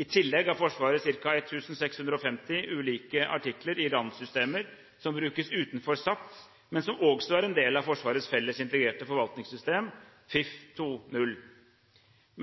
I tillegg har Forsvaret ca. 1 650 ulike artikler i randsystemer som brukes utenfor SAP, men som også er en del av Forsvarets felles integrerte forvaltningssystem, FIF 2.0.